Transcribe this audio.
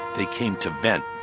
they came to vent,